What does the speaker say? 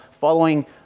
following